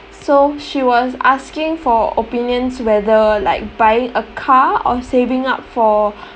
so she was asking for opinions whether like buying a car or saving up for